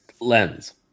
Lens